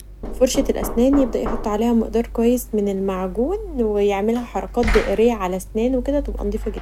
فرشه الأسنان يبدا يحط عليها مقدار كويس من المعجون و يعملها حركات دائريه علي سنانه كدا تبقي نضيفه جدا.